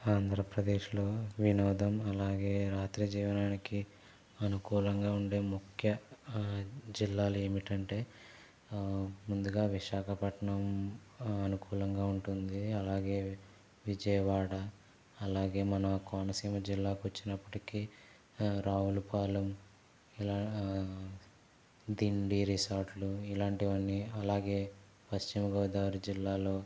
ఆంధ్రప్రదేశ్లో వినోదం అలాగే రాత్రి జీవనానికి అనుకూలంగా ఉండే ముఖ్య జిల్లాలు ఏమిటంటే ముందుగా విశాఖపట్నం అనుకూలంగా ఉంటుంది అలాగే విజయవాడ అలాగే మన కోనసీమ జిల్లాకు వచ్చినప్పటికీ రావులపాలెం ఇలా దిండి రిసార్ట్లు ఇలాంటివన్నీ అలాగే పశ్చిమగోదావరి జిల్లాలో